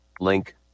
Link